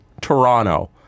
Toronto